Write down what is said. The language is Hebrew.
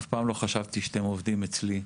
אף פעם לא חשבתי שאתם עובדים אצלי.